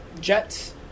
Jets